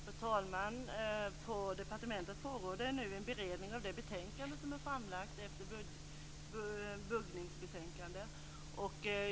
Fru talman! På departementet pågår nu en beredning av det betänkande som är framlagt efter buggningsbetänkandet.